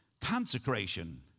consecration